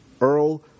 Earl